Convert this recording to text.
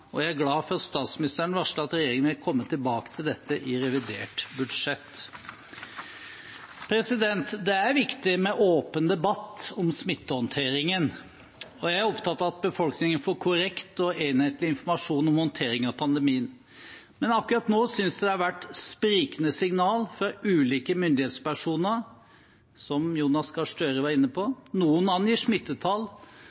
Jeg er glad for at statsministeren varslet at regjeringen vil komme tilbake til dette i revidert budsjett. Det er viktig med åpen debatt om smittehåndteringen. Jeg er opptatt av at befolkningen får korrekt og enhetlig informasjon om håndteringen av pandemien. Men akkurat nå synes jeg det har vært sprikende signaler fra ulike myndighetspersoner, som Jonas Gahr Støre var inne